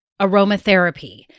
aromatherapy